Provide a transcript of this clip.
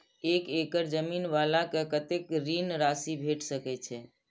एक एकड़ जमीन वाला के कतेक ऋण राशि भेट सकै छै?